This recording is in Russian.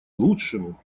лучшему